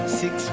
six